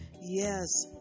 Yes